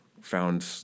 found